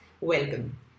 welcome